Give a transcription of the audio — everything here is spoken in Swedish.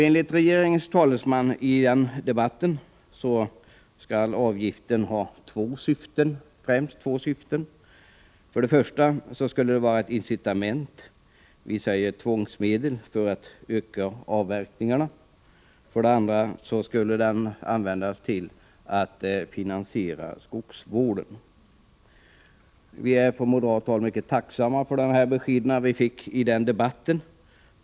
Enligt regeringens talesman i debatten skall avgiften främst ha två syften, nämligen för det första att vara ett incitament — vi säger tvångsmedel — för att öka avverkningarna och för det andra att finansiera skogsvården. Vi är från moderat håll mycket tacksamma för de besked vi fick i den debatten.